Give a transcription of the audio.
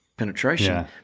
penetration